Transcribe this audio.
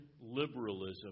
liberalism